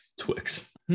Twix